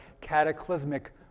cataclysmic